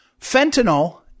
Fentanyl